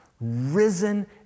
risen